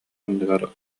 анныгар